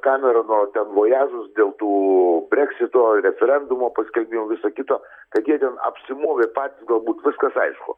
kamerono ten vojažus dėl tų brexito referendumo paskelbimų viso kito kad jie ten apsimovė patys galbūt viskas aišku